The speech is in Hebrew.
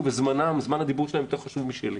וזמן הדיבור שלהם יותר חשוב מאשר שלי,